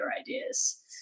ideas